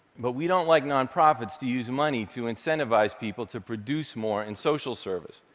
but we don't like nonprofits to use money to incentivize people to produce more in social service.